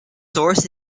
source